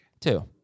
Two